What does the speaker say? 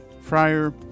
Friar